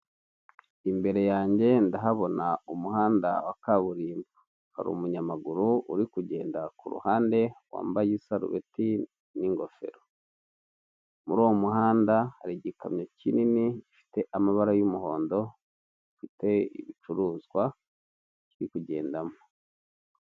Imbere yanjye ndahabona umuhanda wa kaburimbo hari umunyamaguru uri kugenda ku ruhande wambaye isarubeti n'ingofero, muri uwo muhanda hari igikomye kinini gifite amabara y'umuhondo, gifite ibicuruzwa kirikugendamo.